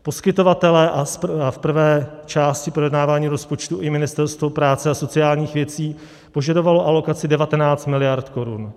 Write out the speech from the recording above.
Poskytovatelé a v prvé části projednávání rozpočtu i Ministerstvo práce a sociálních věcí požadovali alokaci 19 miliard korun.